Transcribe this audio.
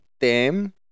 tem